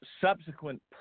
subsequent